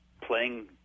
playing